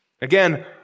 Again